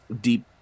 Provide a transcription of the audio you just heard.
deep